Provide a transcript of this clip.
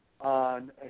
on